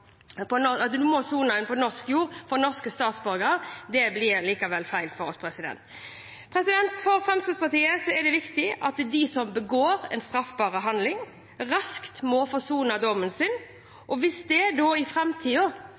på norsk jord, blir likevel feil for oss. For Fremskrittspartiet er det viktig at de som begår en straffbar handling, raskt må få sonet dommen sin. Og hvis det i